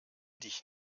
dich